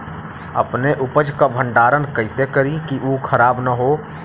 अपने उपज क भंडारन कइसे करीं कि उ खराब न हो?